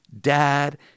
dad